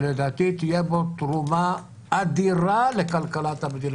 שלדעתי תהיה בו תרומה אדירה לכלכלת המדינה.